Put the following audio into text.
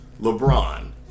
LeBron